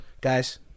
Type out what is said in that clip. Guys